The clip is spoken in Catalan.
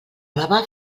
baba